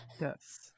Yes